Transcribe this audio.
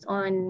on